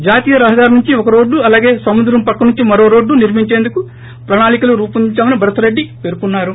జాతీయ రహదారి నుంచి ఒక రోడ్లు అలాగే సముద్రం పక్క నుంచి మరో రోడ్లు నిర్మించేందుకు ప్రణాళికలు రూపొందొంచామని భరత్రేడ్డి పేర్కోన్నారు